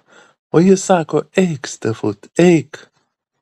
o jis sako eik stefut eik